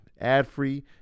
ad-free